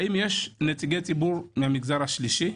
האם יש נציגי ציבור מהמגזר השלישי?